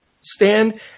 Stand